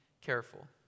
careful